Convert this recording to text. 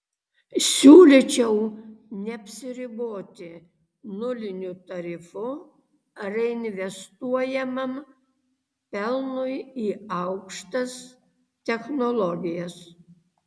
siūlyčiau neapsiriboti nuliniu tarifu reinvestuojamam pelnui į aukštas technologijas